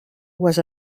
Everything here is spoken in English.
was